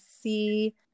see